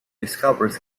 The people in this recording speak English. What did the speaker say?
discovers